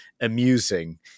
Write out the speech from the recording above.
amusing